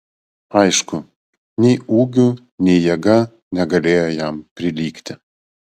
aišku nei ūgiu nei jėga negalėjo jam prilygti